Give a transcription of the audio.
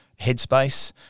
Headspace